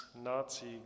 Nazi